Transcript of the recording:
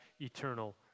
eternal